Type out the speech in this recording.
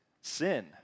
sin